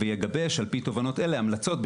ויגבש על פי תובנות אלה המלצות,